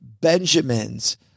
benjamins